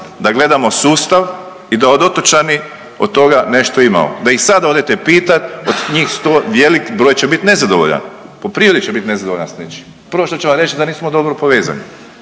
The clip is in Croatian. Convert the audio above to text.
da gledamo sustav i da otočani od toga nešto imamo. Da ih sad odete pitati od njih sto velik broj će bit nezadovoljan, poprilično će bit nezadovoljan sa nečim. Prvo što će vam reći da nismo dobro povezani,